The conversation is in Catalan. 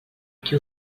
qui